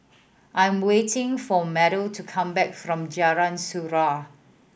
I am waiting for Meadow to come back from Jalan Surau